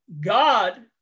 God